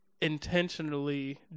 intentionally